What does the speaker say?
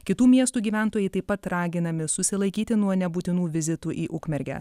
kitų miestų gyventojai taip pat raginami susilaikyti nuo nebūtinų vizitų į ukmergę